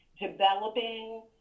developing